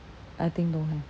I think don't have